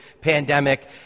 pandemic